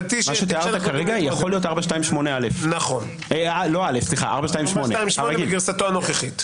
מה שתיארת כרגע יכול להיות 428. 428 בגרסתו הנוכחית,